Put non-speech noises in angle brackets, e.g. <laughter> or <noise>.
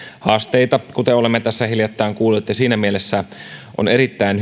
haasteita kuten olemme tässä hiljattain kuulleet ja siinä mielessä on erittäin <unintelligible>